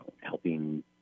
helping